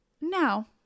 Now